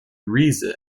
reason